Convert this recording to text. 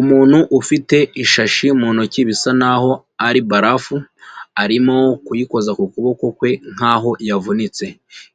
Umuntu ufite ishashi mu ntoki bisa naho ari barafu, arimo kuyikoza ku kuboko kwe nkaho yavunitse.